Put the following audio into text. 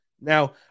Now